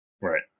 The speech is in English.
right